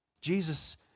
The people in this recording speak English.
Jesus